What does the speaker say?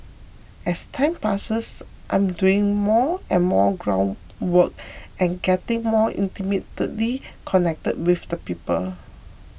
as time passes I'm doing more and more ground work and getting more intimately connected with the people